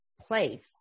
place